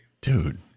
Dude